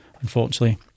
unfortunately